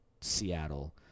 Seattle